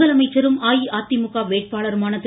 முதலமைச்சரும் அஇஅதிமுக வேட்பாளருமான திரு